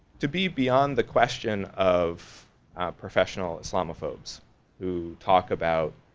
to be beyond the question of professional islamophobes who talk about